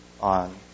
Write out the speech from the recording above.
on